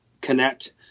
connect